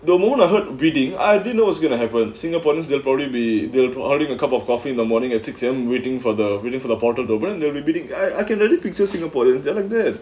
the moment I heard bidding I don't know what's going to happen singaporeans they'll probably be they'll promoting a cup of coffee in the morning at six A_M waiting for the reading for the portal dublin they're repeating I I can't really pictures singaporeans there are like that